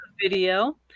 video